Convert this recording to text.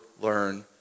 learn